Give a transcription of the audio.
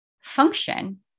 function